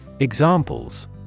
Examples